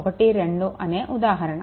12 అనే ఉదాహరణ